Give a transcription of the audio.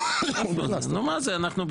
זאב, מה אתה רוצה שאני אעשה?